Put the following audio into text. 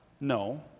no